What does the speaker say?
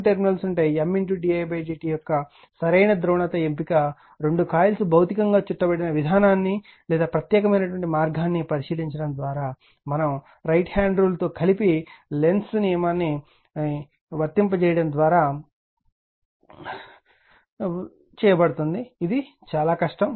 M di dt యొక్క సరైన ధ్రువణత ఎంపిక రెండు కాయిల్స్ భౌతికంగా చుట్టబడిన విధానాన్ని లేదా ప్రత్యేకమైన మార్గాన్ని పరిశీలించడం ద్వారా మరియు రైట్ హ్యాండ్ రూల్ తో కలిపి లెన్స్ నియమాన్ని వర్తింపజేయడం ద్వారా చేయబడుతుంది ఇది చాలా కష్టం